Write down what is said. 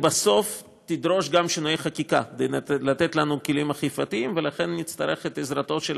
הדרך היחידה לטפל בה